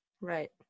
right